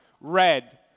red